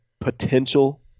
potential